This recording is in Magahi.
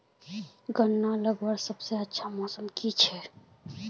गन्ना लगवार सबसे अच्छा मौसम की छे?